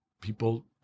people